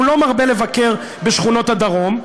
הוא לא מרבה לבקר בשכונות הדרום,